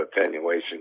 attenuation